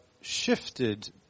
shifted